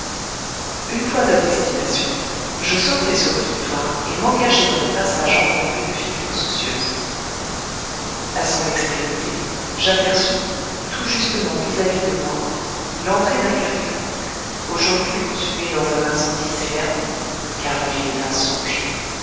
une fois à destination je sautai sur le trottoir et m'engageai dans le passage encombré de figures soucieuses à son extrémité j'aperçus tout justement vis-à-vis de moi l'entrée d'un café aujourd'hui consumé dans un incendie célèbre car la vie